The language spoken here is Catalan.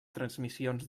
transmissions